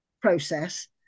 process